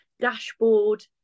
dashboard